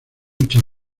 muchas